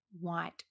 white